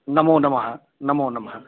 नमो नमः नमो नमः